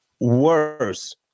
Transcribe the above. worse